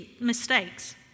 mistakes